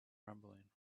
rumbling